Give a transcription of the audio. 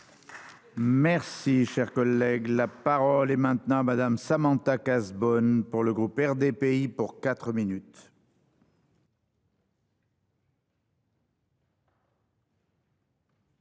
Merci. Cher collègue, la parole est maintenant Madame Samantha Cazebonne pour le groupe RDPI pour 4 minutes.